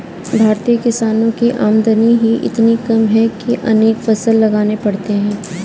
भारतीय किसानों की आमदनी ही इतनी कम है कि अनेक फसल लगाने पड़ते हैं